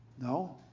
No